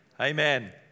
Amen